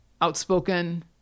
outspoken